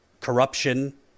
corruption